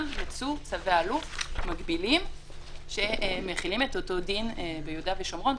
יצאו צווי אלוף מקבילים שמחילים את אותו דין ביהודה ושומרון,